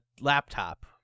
laptop